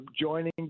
joining